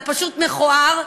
זה מכוער,